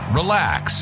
relax